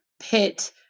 pit